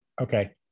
okay